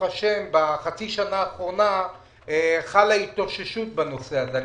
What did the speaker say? השם בחצי השנה האחרונה חלה התאוששות בנושא הזה.